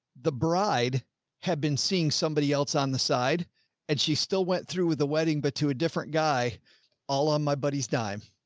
the bride had been seeing somebody else on the side and she still went through with the wedding, but to a different guy all on my buddy's dime.